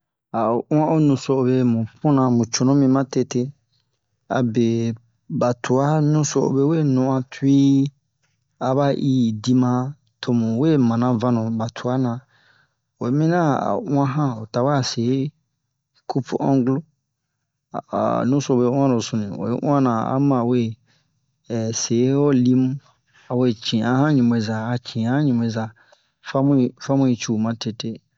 a o uwan o nuso'obe puna mu cunu mi ma tete abe ba tuwa nuso'obe we non'uwan tui a ba i di ma han to mu we mana vanu ba tuwa na oyi mina a uwan han o tawɛ a se cup-onglu a ho nusobe uwaro sunu oyi uwan na a ma we se ho lim a we ci'an han wubweza a ci'an han wubweza famu yi cu ma tete